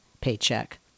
paycheck